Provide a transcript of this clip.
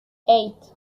eight